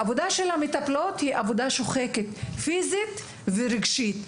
העבודה של המטפלות היא עבודה שוחקת פיזית ורגשית.